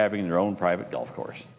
having their own private golf course